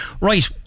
Right